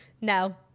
no